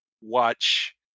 watch